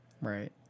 right